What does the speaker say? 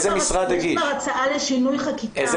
יש כבר הצעה לשינוי חקיקה,